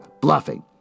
bluffing